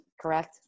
correct